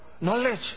knowledge